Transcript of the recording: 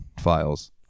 Files